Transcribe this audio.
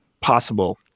possible